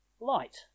Light